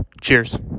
Cheers